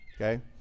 okay